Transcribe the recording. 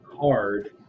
card